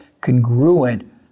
congruent